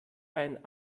ein